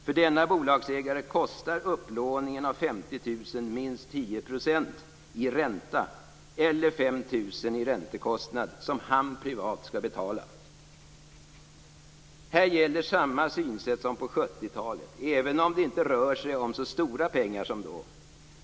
För denne bolagsägare kostar upplåningen av 50 000 kr minst 10 % i ränta eller 5 000 kr i räntekostnad som han privat skall betala. Här gäller samma synsätt som på 70-talet, även om det inte rör sig om så stora pengar som då.